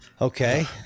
Okay